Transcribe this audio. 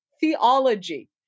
theology